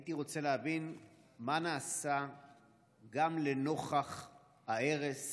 הייתי רוצה להבין מה נעשה גם לנוכח ההרס